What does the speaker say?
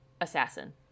Assassin